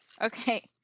Okay